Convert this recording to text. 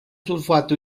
sulfato